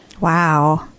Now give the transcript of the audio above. Wow